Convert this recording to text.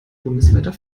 bundesweiter